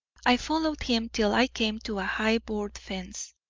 i followed him till i came to a high board fence.